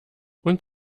und